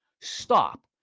Stop